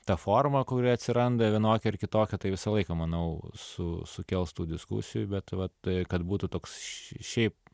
ta forma kuri atsiranda vienokia ar kitokia tai visą laiką manau su sukels tų diskusijų bet va tai kad būtų toks šiaip